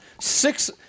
six